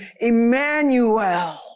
Emmanuel